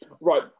Right